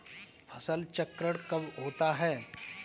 फसल चक्रण कब होता है?